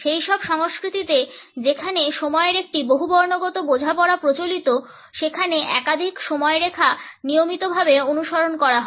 সেইসব সংস্কৃতিতে যেখানে সময়ের একটি বহুবর্ণগত বোঝাপড়া প্রচলিত সেখানে একাধিক সময়রেখা নিয়মিতভাবে অনুসরণ করা হয়